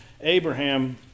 Abraham